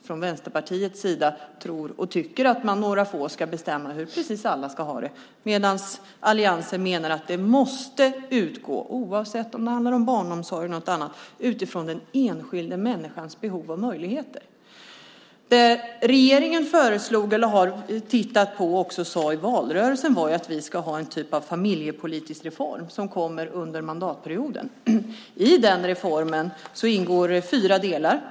Från Vänsterpartiets sida tror och tycker man att några få ska bestämma hur precis alla ska ha det, medan alliansen menar att det måste utgå - oavsett om det handlar om barnomsorgen eller något annat - från den enskilda människans behov och möjligheter. Det regeringen har tittat på och också sade i valrörelsen var att vi ska ha en typ av familjepolitisk reform under mandatperioden. I den reformen ingår fyra delar.